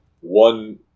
one